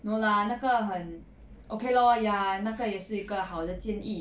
no lah 那个很 okay lor ya 那个也是一个好的建议